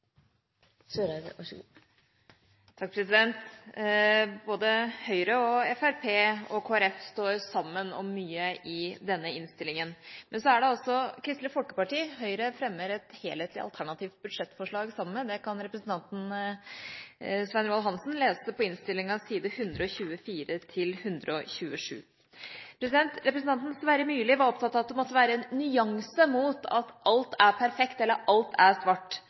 innstillinga, men så er det sammen med Kristelig Folkeparti Høyre fremmer et helhetlig, alternativt budsjettforslag. Det kan representanten Svein Roald Hansen lese i innstillinga, side 124 til side 127. Representanten Sverre Myrli var opptatt av at det må være en nyanse mellom at alt er perfekt, og at alt er svart.